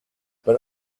but